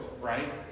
right